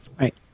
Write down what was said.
right